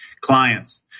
clients